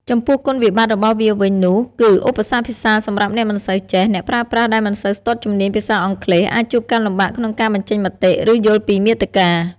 ចំពោះគុណវិបត្តិតរបស់វាវិញនោះគឺឧបសគ្គភាសាសម្រាប់អ្នកមិនសូវចេះ អ្នកប្រើប្រាស់ដែលមិនសូវស្ទាត់ជំនាញភាសាអង់គ្លេសអាចជួបការលំបាកក្នុងការបញ្ចេញមតិ ឬយល់ពីមាតិកា។